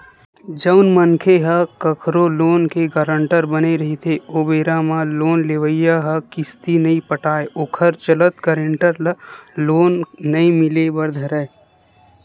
जउन मनखे ह कखरो लोन के गारंटर बने रहिथे ओ बेरा म लोन लेवइया ह किस्ती नइ पटाय ओखर चलत गारेंटर ल लोन नइ मिले बर धरय